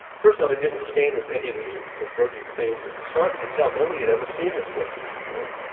first off, it didn't stain with any of the typical protein stains and as far as we could tell nobody had ever seen this protein before.